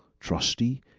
trusty,